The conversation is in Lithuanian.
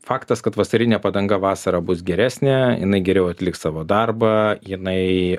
faktas kad vasarinė padanga vasarą bus geresnė jinai geriau atliks savo darbą jinai